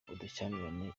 ubushyamirane